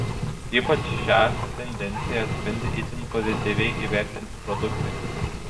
ypač šią tendenciją atspindi itin pozityviai įvertinti produktai